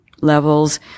levels